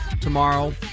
tomorrow